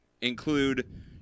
include